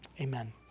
amen